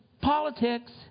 politics